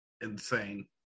insane